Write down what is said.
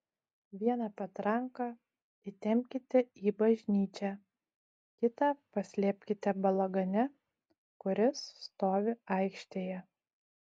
vieną patranką įtempkite į bažnyčią kitą paslėpkite balagane kuris stovi aikštėje